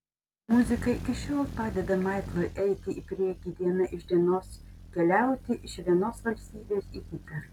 muzika iki šiol padeda maiklui eiti į priekį diena iš dienos keliauti iš vienos valstybės į kitą